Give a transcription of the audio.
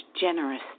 generous